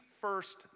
first